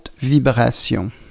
vibration